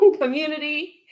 community